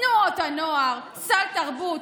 תנועות הנוער, סל תרבות,